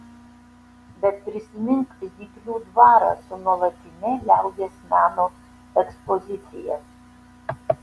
bet prisimink zyplių dvarą su nuolatine liaudies meno ekspozicija